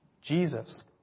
Jesus